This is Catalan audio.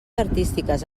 artístiques